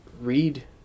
read